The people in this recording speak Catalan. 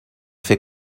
fer